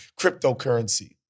cryptocurrency